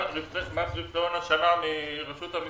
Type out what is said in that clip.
מרשות המיסים,